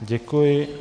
Děkuji.